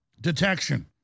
detection